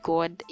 God